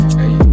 hey